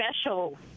special